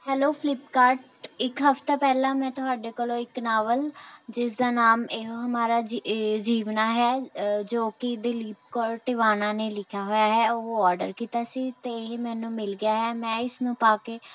hello Flipkart ਇੱਕ ਹਫਤਾ ਪਹਿਲਾਂ ਮੈਂ ਤੁਹਾਡੇ ਕੋਲ ਇੱਕ ਨਾਵਲ ਜਿਸ ਦਾ ਨਾਮ ਏਹੁ ਹਮਾਰਾ ਜੀਵਣਾ ਹੈ ਜੋ ਕਿ ਦਲੀਪ ਕੌਰ ਟਿਵਾਣਾ ਨੇ ਲਿਖਿਆ ਹੋਇਆ ਹੈ ਉਹ ਆਰਡਰ ਕੀਤਾ ਸੀ ਅਤੇ ਇਹ ਮੈਨੂੰ ਮਿਲ ਗਿਆ ਹੈ ਮੈਂ ਇਸ ਨੂੰ ਪਾ ਕੇ